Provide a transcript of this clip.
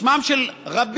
בשמם של רבים,